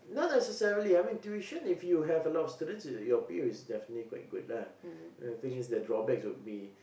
not necessarily I mean tuition if you have a lot of students your pay is definitely quite good lah the thing is the drawbacks would be